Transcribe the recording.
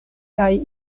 kaj